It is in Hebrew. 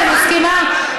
אני מסכימה.